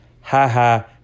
ha-ha